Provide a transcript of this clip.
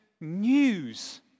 news